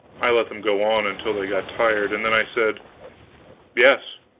i let them go on until they got tired, and then i said yes,